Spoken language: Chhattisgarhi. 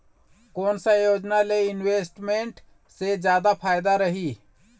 कोन सा योजना मे इन्वेस्टमेंट से जादा फायदा रही?